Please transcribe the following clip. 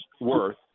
worth